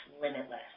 limitless